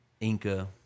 Inca